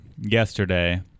yesterday